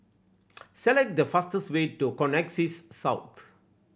select the fastest way to Connexis South